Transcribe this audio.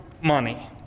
money